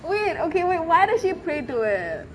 wait okay wait why does she pray to it